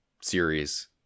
series